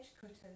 cutters